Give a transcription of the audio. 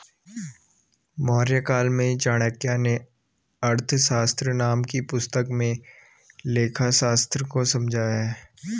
मौर्यकाल में चाणक्य नें अर्थशास्त्र नाम की पुस्तक में लेखाशास्त्र को समझाया है